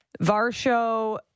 Varsho